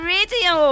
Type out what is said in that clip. Radio